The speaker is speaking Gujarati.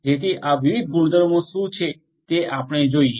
જેથી આ વિવિધ ગુણધર્મો શું છે તે આપણે જોઈએ